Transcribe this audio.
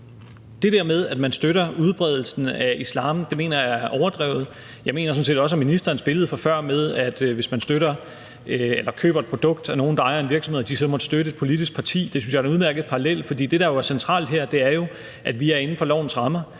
Det der med, at man støtter udbredelsen af islam, mener jeg er overdrevet. Jeg mener sådan set også, at ministerens billede fra før om, at hvis man køber et produkt af nogle, der ejer en virksomhed, og de så måtte støtte et politisk parti, støtter man også det, er en udmærket parallel. For det, der er centralt her, er jo, at vi er inden for lovens rammer.